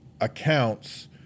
accounts